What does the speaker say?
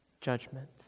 judgment